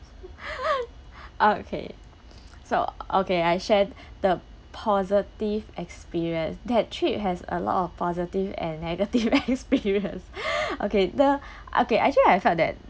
oh okay so okay I share the positive experience that trip has a lot of positive and negative experience okay the okay actually I felt that